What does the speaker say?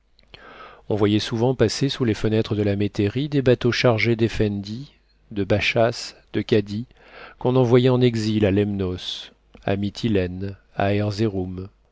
on voyait souvent passer sous les fenêtres de la métairie des bateaux chargés d'effendis de bachas de cadis qu'on envoyait en exil à lemnos à mytilène à erzeroum